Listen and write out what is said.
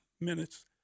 minutes